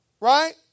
Right